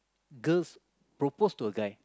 girls propose to a guy